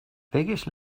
biggest